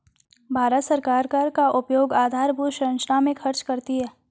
भारत सरकार कर का उपयोग आधारभूत संरचना में खर्च करती है